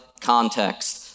context